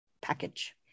package